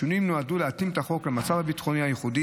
השינויים נועדו להתאים את החוק למצב הביטחוני הייחודי